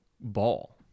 Ball